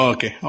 Okay